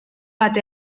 bat